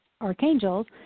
archangels